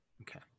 Okay